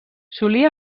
solia